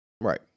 right